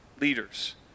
leaders